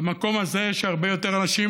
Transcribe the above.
במקום הזה הרבה יותר אנשים,